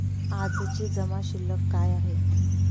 आजची जमा शिल्लक काय आहे?